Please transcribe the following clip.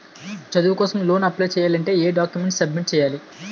చదువు కోసం loan apply చేయాలి అంటే ఎం డాక్యుమెంట్స్ సబ్మిట్ చేయాలి?